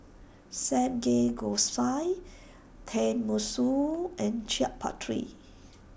Samgeyopsal Tenmusu and Chaat Papri